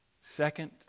second